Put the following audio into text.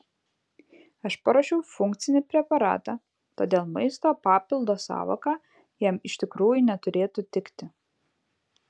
aš paruošiau funkcinį preparatą todėl maisto papildo sąvoka jam iš tikrųjų neturėtų tikti